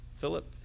Philip